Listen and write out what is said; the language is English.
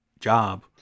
job